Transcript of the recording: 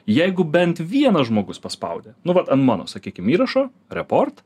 jeigu bent vienas žmogus paspaudė nu vat ant mano sakykim įrašo report